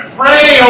pray